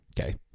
Okay